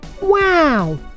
Wow